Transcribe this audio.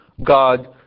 god